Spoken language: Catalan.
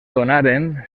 donaren